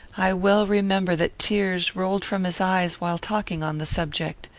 i well remember that tears rolled from his eyes while talking on the subject.